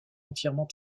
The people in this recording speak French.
entièrement